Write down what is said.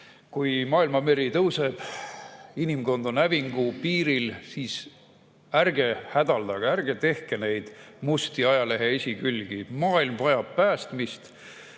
Kui maailmameri tõuseb, inimkond on hävingu piiril, siis ärge hädaldage, ärge tehke neid musti ajalehe esikülgi. Maailm vajab päästmist.